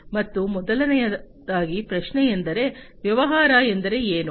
ಮತ್ತು ಮೊದಲನೆಯದಾಗಿ ಪ್ರಶ್ನೆಯೆಂದರೆ ವ್ಯವಹಾರ ಮಾದರಿ ಎಂದರೇನು